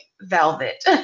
velvet